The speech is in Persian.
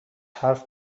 حرف